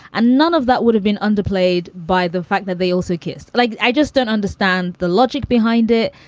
and none of that would have been underplayed by the fact that they also kissed. like i just don't understand the logic behind it.